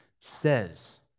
says